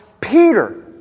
Peter